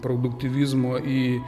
produktyvizmo į